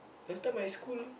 last time my school